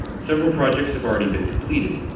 several projects have already been completed.